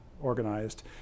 organized